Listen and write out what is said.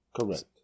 correct